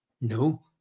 No